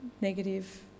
negative